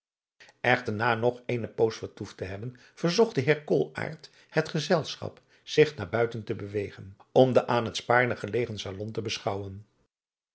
echter na nog eene poos vertoefd te hebben verzocht de heer koolaart het gezelschap zich naar buiten te begeven om den aan het spaarne gelegen salon te beschouwen